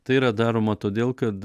tai yra daroma todėl kad